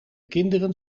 kinderen